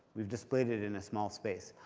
we've displayed it in a small space.